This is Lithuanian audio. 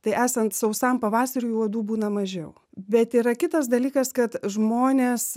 tai esant sausam pavasariui uodų būna mažiau bet yra kitas dalykas kad žmonės